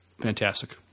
fantastic